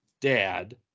dad